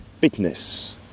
Fitness